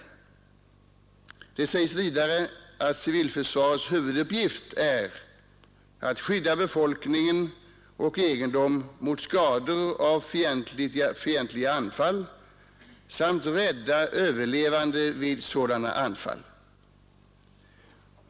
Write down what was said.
Vidare sägs i propositionerna att civilförsvarets huvuduppgift är att skydda befolkning och egendom mot skador av fientliga anfall samt rädda överlevande vid sådana anfall.